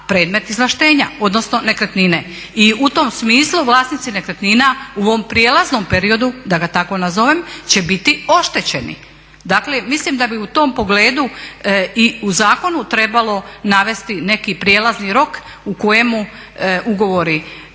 predmet izvlaštenja, odnosno nekretnine. I u tom smislu vlasnici nekretnina u ovom prijelaznom periodu da ga tako nazovem će biti oštećeni. Dakle, mislim da bi u tom pogledu i u Zakonu trebalo navesti neki prijelazni rok u kojemu ugovori